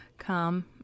come